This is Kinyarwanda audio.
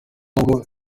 nubwo